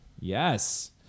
Yes